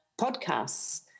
podcasts